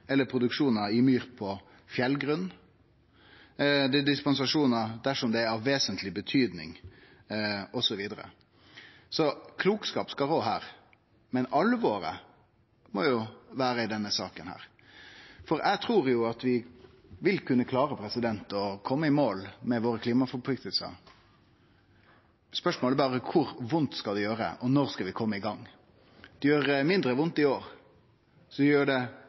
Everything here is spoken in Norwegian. eller produksjon i myr på fjellgrunn, blir det gitt dispensasjon dersom det er av vesentleg betyding osv. Klokskap skal rå her, men alvoret må vere i denne saka. Eg trur at vi vil kunne klare å kome i mål med klimapliktene våre. Spørsmålet er berre kor vondt det skal gjere, og når vi skal kome i gang. Det gjer mindre vondt i år, og så gjer det